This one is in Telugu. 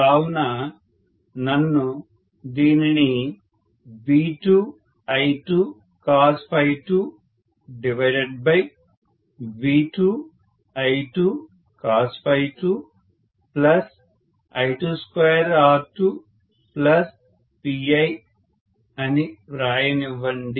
కావున నన్ను దీనిని V2I2cos2V2I2cos2I22R2Pi అని వ్రాయనివ్వండి